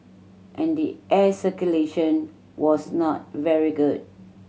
and the air circulation was not very good